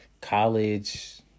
college